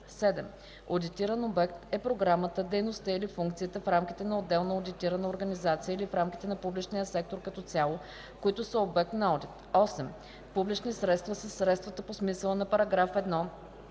7. „Одитиран обект” е програмата, дейността или функцията в рамките на отделна одитирана организация или в рамките на публичния сектор като цяло, които са обект на одит. 8. „Публични средства” са средствата по смисъла на § 1,